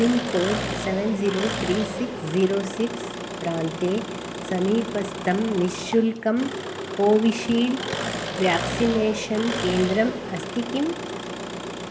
pincode seven zero three six zero six प्रान्ते समीपस्थं निःशुल्कं कोविशील्ड् व्याक्सिनेषन् केन्द्रम् अस्ति किम्